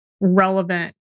relevant